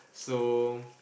so